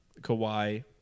Kawhi